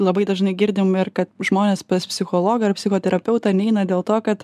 labai dažnai girdim ir kad žmonės pas psichologą ar psichoterapeutą neina dėl to kad